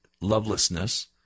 lovelessness